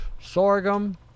sorghum